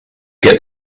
get